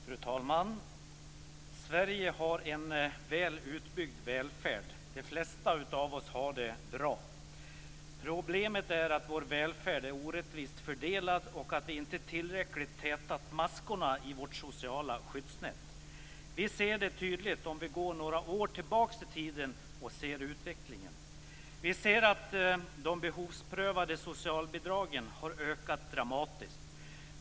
Fru talman! Sverige har en väl utbyggd välfärd. De flesta av oss har det bra. Problemet är att vår välfärd är orättvist fördelad och att vi inte tillräckligt tätat maskorna i vårt sociala skyddsnät. Vi ser det tydligt om vi går tillbaka i tiden och ser utvecklingen. Vi ser att de behovsprövade socialbidragen har ökat dramatiskt.